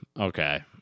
Okay